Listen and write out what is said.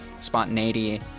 spontaneity